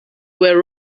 were